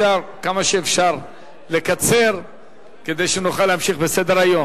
לקצר כמה שאפשר כדי שנוכל להמשיך בסדר-היום.